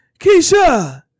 Keisha